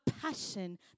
passion